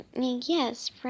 Yes